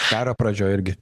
karo pradžioj irgi